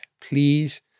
Please